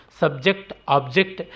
subject-object